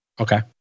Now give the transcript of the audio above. Okay